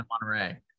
monterey